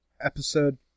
episode